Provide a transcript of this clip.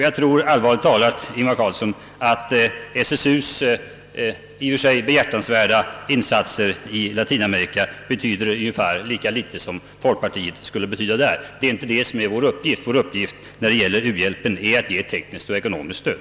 Jag tror allvarligt talat, herr Ingvar Carlsson, att SSU:s i och för sig behjärtansvärda insatser i Latinamerika betyder ungefär lika litet som folkpartiets skulle betyda där. Det är inte sådant som är vår uppgift. Vår uppgift när det gäller u-hjälpen är att ge tekniskt och ekonomiskt stöd.